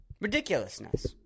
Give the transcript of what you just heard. Ridiculousness